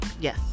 Yes